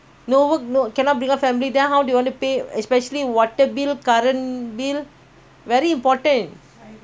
current bill very important ah then no no salary